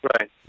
Right